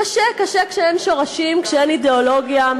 קשה, קשה כשאין שורשים, כשאין אידיאולוגיה.